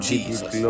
Jesus